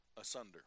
asunder